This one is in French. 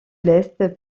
l’est